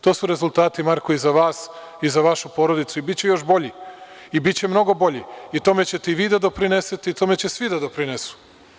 To su rezultati, Marko, i za vas i za vašu porodicu i biće još bolji i biće mnogo bolji i tome ćete i vi da doprinesete i tome će svi da doprinesu.